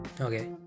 Okay